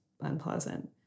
unpleasant